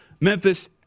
Memphis—